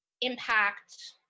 impact